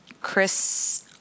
Chris